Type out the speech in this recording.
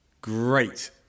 great